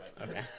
Okay